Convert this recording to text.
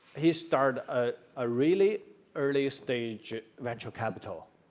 he started a ah really early-stage venture capital,